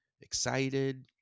excited